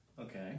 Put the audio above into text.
Okay